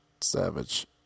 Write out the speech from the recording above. savage